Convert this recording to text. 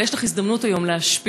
אבל יש לך הזדמנות היום להשפיע.